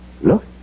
Look